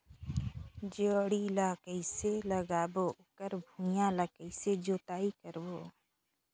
जोणी ला कइसे लगाबो ओकर भुईं ला कइसे जोताई करबो?